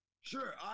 Sure